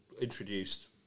introduced